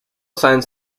sáenz